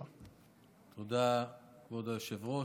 תודה, כבוד היושב-ראש.